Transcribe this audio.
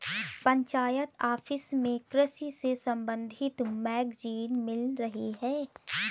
panchayat office में कृषि से संबंधित मैगजीन मिल रही है